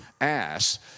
Ass